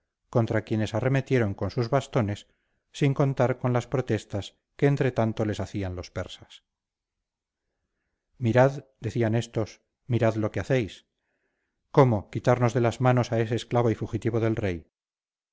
contra quienes arremetieron con sus bastones sin contar con las protestas que entretanto les hacían los persas mirad decían éstos mirad lo que hacéis cómo quitarnos de las manos a ese esclavo y fugitivo del rey